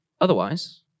Otherwise